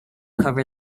cover